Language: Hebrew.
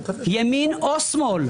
ימין או שמאל,